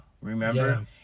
remember